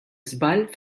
żball